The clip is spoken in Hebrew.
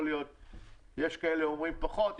יש כאלה אומרים פחות,